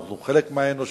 אנחנו חלק מהאנושות,